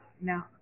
No